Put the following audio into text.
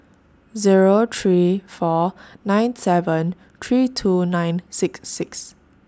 Zero three four nine seven three two nine six six